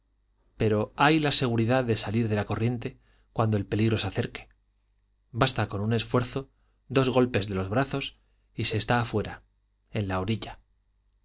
pero hay la seguridad de salir de la corriente cuando el peligro se acerque basta con un esfuerzo dos golpes de los brazos y se está fuera en la orilla